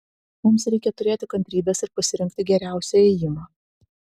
mums reikia turėti kantrybės ir pasirinkti geriausią ėjimą